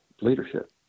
leadership